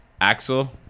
Axel